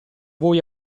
voi